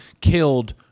killed